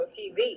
TV